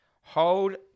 Hold